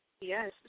Yes